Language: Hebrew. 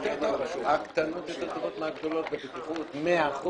כ' בטבת התשפ"ד (1 בינואר 2024)" מי בעד?